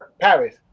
Paris